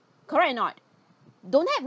correct or not don't have